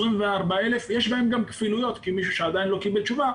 ב-24,000 יש גם כפילויות כי מישהו שעדיין לא קיבל תשובה,